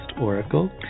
oracle